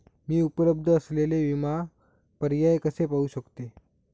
मी उपलब्ध असलेले विमा पर्याय कसे पाहू शकते?